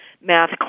math